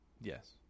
Yes